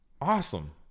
Awesome